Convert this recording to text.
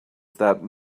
that